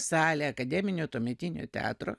salė akademinio tuometinio teatro